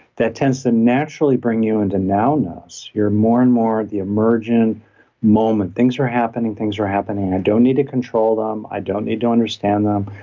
that tends to naturally bring you into now-ness, you're more and more the emergent moment. things are happening, things are happening. i don't need to control them, i don't need to understand them.